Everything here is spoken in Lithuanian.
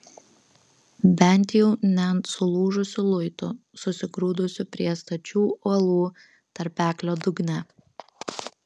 bent jau ne ant sulūžusių luitų susigrūdusių prie stačių uolų tarpeklio dugne